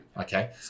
Okay